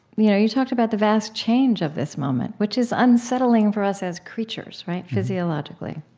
you know you talked about the vast change of this moment, which is unsettling for us as creatures, right? physiologically.